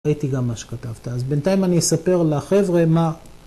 ‫ראיתי גם מה שכתבת, ‫אז בינתיים אני אספר לחבר'ה מה...